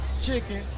chicken